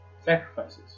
sacrifices